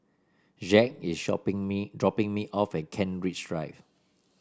Jacques is shopping me dropping me off at Kent Ridge Drive